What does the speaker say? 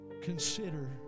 consider